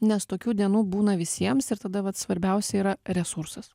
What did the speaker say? nes tokių dienų būna visiems ir tada vat svarbiausia yra resursas